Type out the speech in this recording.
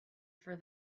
for